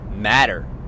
matter